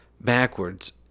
backwards